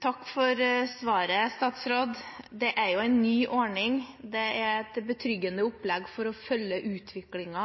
Takk for svaret. Dette er en ny ordning. Det er et betryggende opplegg for å følge